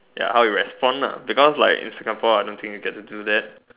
ya how it responds ah because I think like in Singapore I don't think you don't get to do that